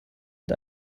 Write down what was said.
mit